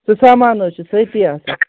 سُہ سامان حظ چھِ سۭتی آسان